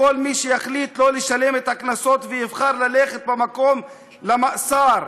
נתמוך בכל מי שיחליט לא לשלם את הקנסות ויבחר ללכת במקום זה למאסר.